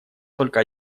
только